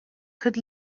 could